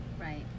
Right